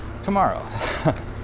Tomorrow